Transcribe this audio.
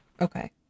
Okay